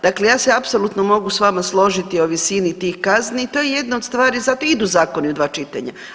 Dakle ja se apsolutno mogu s vama složiti o visini tih kazni i to je jedna od stvari, zato idu zakoni u dva čitanja.